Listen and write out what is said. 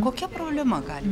kokia problema gali